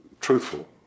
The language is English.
truthful